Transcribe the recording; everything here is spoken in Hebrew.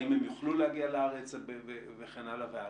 האם הם יוכלו להגיע לארץ וכן הלאה.